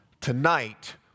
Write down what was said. Tonight